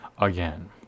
again